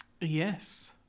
Yes